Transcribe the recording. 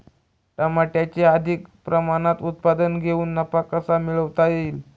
टमाट्याचे अधिक प्रमाणात उत्पादन घेऊन नफा कसा मिळवता येईल?